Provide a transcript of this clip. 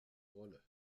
rolle